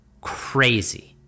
crazy